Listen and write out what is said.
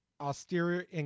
austere